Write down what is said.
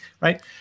right